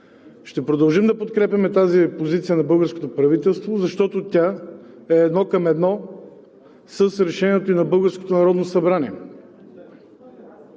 Ще продължим да подкрепяме тази позиция на българското правителство, защото тя е едно към едно с решенията и на